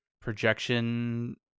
projection